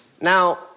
Now